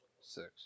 Six